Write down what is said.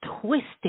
twisted